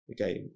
okay